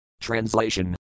Translation